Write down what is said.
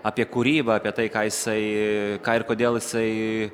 apie kūrybą apie tai ką jisai ką ir kodėl jisai